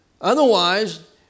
Otherwise